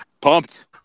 Pumped